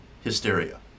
hysteria